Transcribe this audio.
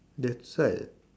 that's why